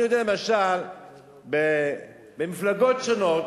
אני יודע למשל שבמפלגות שונות,